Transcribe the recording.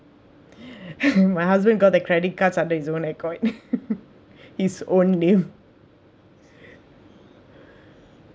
my husband got the credit cards under his own record his own name